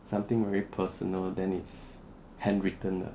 something very personal then it's handwritten